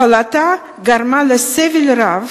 הפעלתה גרמה סבל רב